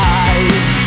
eyes